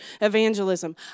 evangelism